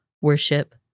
worship